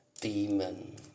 demon